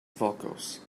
vocals